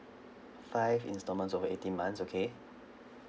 five installments over eighteen months okay